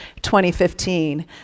2015